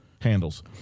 handles